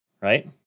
right